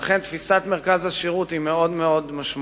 לכן, תפיסת מרכז השירות היא מאוד משמעותית.